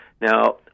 Now